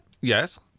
Yes